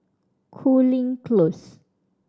Cooling Close